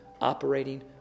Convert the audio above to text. operating